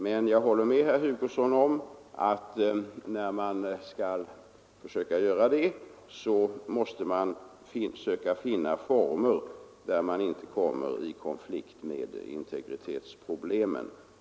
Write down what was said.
Men jag håller med herr Hugosson om att man, när man skall försöka göra det, måste finna sådana former att man inte kommer i konflikt med integritetskraven.